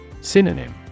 Synonym